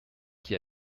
qui